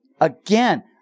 Again